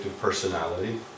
personality